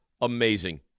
Amazing